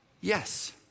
yes